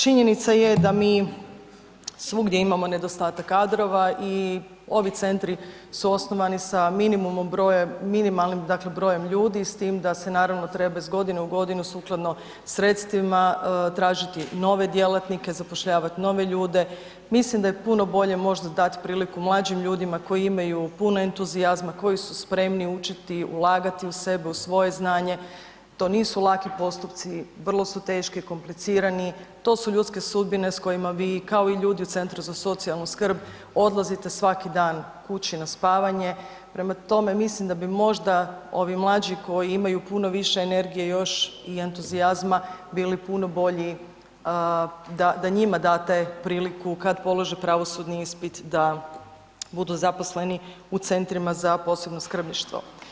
Činjenica je da mi svugdje imamo nedostatak kadrova i ovi centri su osnovani sa minimalnim brojem ljudi, s time da se naravno treba iz godine u godinu sukladno sredstvima tražiti nove djelatnike, zapošljavati nove ljude, mislim da je puno bolje možda dati priliku mlađim ljudima koji imaju puno entuzijazma, koji su spremni učiti, ulagati u sebe, u svoje znanje, to nisu laki postupci, vrlo su teški, komplicirani, to su ljudske sudbine s kojima vi, kao i ljudi u Centru za socijalnu skrb, odlazite svaki dan kući na spavanje, prema tome, mislim da bi možda ovi mlađi koji imaju puno više energije još i entuzijazma bili puno bolji da njima date priliku kad polože pravosudni ispit da budu zaposleni u centrima za posebno skrbništvo.